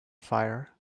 fire